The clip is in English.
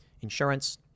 insurance